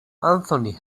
anthony